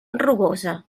rugosa